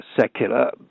secular